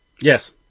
Yes